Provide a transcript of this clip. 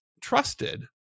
trusted